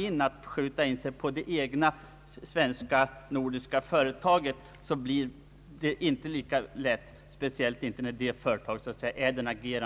Men argumenteringen är inte lika stark när herr statsrådet här framför allt skjuter fram hänsynen till det egna skandinaviska företaget, speciellt som ju detta företag agerar